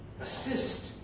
assist